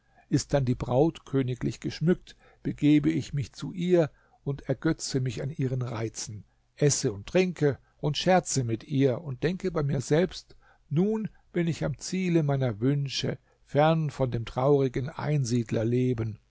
ist dann die braut königlich geschmückt begebe ich mich zu ihr und ergötze mich an ihren reizen esse und trinke und scherze mit ihr und denke bei mir selbst nun bin ich am ziele meiner wünsche fern von dem traurigen